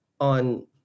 on